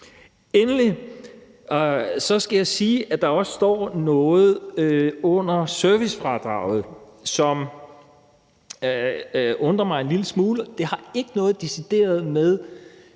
Endelig skal jeg sige, at der også står noget under servicefradraget, som undrer mig en lille smule. Det har ikke noget decideret med